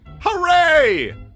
Hooray